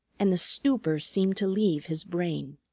and the stupor seemed to leave his brain.